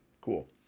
cool